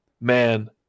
man